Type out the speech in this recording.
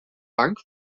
bank